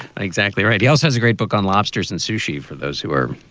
exactly right. who else has a great book on lobsters and sushi for those who are